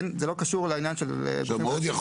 זה לא קשור לעניין של גופים --- עכשיו מאוד יכול